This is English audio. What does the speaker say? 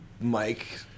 Mike